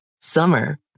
Summer